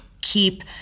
keep